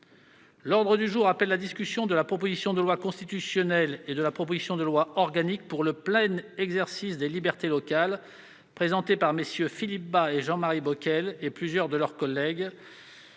L'ordre du jour appelle la discussion de la proposition de loi constitutionnelle et de la proposition de loi organique pour le plein exercice des libertés locales, présentées par MM. Philippe Bas et Jean-Marie Bockel et plusieurs de leurs collègues